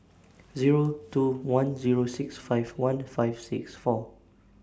Zero two one Zero six five one five six four